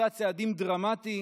עשה צעדים דרמטיים,